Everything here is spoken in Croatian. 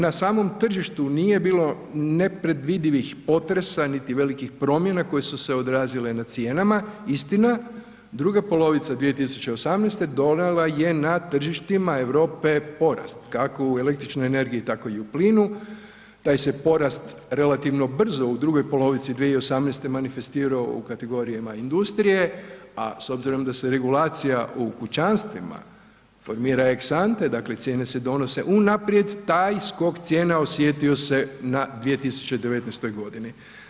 Na samom tržištu nije bilo nepredvidivih potresa niti velikih promjena koje su se odrazile na cijenama, istina, druga polovica 2018. donijela je na tržištima Europe porast kako i električnoj energiji tako i u plinu, taj se porat relativno brzo u drugoj polovici 2018. manifestirao u kategorijama industrije a s obzirom da se regulacija u kućanstvima formira ex ante, dakle cijene se donose unaprijed, taj skok cijena osjetio se na 2019. godini.